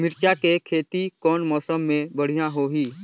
मिरचा के खेती कौन मौसम मे बढ़िया होही?